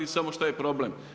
Samo šta je problem?